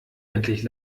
endlich